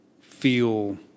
feel